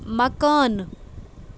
مکانہٕ